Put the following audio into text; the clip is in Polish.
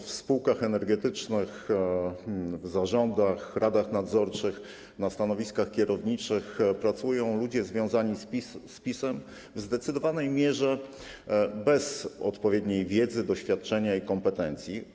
W spółkach energetycznych w zarządach, radach nadzorczych na stanowiskach kierowniczych pracują ludzie związani z PiS-em, w zdecydowanej mierze bez odpowiedniej wiedzy, doświadczenia i kompetencji.